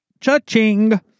Cha-ching